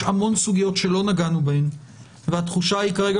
יש המון סוגיות שלא נגענו בהן והתחושה היא כרגע